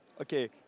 Okay